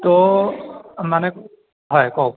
টো মানে হয় কওক